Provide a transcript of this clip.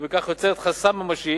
ובכך יוצרת חסם ממשי